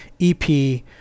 EP